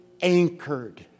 anchored